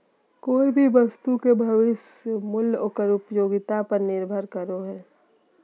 कोय भी वस्तु के भविष्य मूल्य ओकर उपयोगिता पर निर्भर करो हय